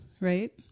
Right